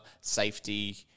safety